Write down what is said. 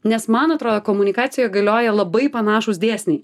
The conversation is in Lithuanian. nes man atrodo komunikacijoj galioja labai panašūs dėsniai